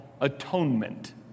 atonement